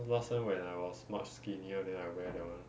cause last time when I was much skinnier then I wear that [one]